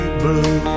blue